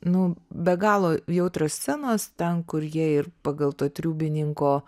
nu be galo jautrios scenos ten kur jie ir pagal to triubininko